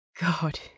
God